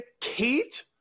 Kate